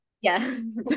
Yes